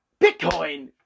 Bitcoin